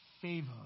favor